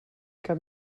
cap